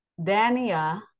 Dania